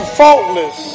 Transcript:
faultless